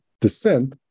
descent